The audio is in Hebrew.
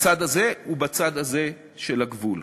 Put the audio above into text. בצד הזה ובצד הזה של הגבול.